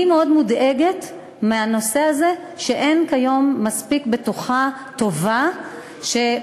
אני מאוד מודאגת מהנושא הזה שאין כיום בטוחה טובה מספיק